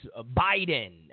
Biden